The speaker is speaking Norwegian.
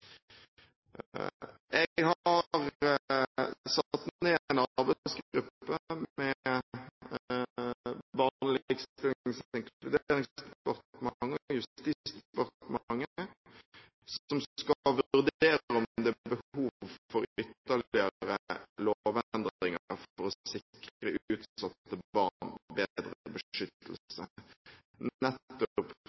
Jeg har satt ned en arbeidsgruppe med Barne-, likestillings-, og inkluderingsdepartementet og Justisdepartementet som skal vurdere om det er behov for ytterligere lovendringer for å sikre utsatte barn bedre